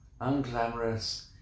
Unglamorous